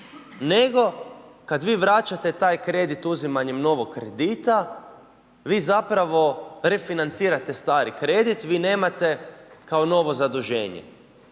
nego kad vi vraćate taj kredit uzimanjem novog kredita vi zapravo refinancirate stari kredit, vi nemate kao novo zaduženje.